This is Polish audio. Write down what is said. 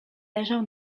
leżał